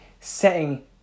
setting